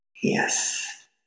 Yes